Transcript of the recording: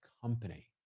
company